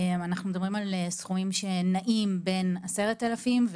מדובר בסכומים שנעים בין 10,000 דולר,